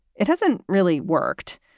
it hasn't really worked,